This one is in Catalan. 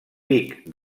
pic